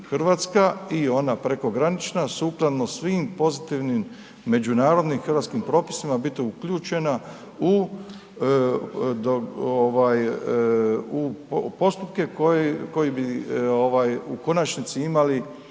Hrvatska i ona preko granična sukladno svim pozitivnim međunarodnim hrvatskim propisima biti uključena u ovaj, u, u postupke koji bi, ovaj u konačnici imali